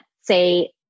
say